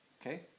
Okay